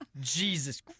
Jesus